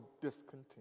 discontent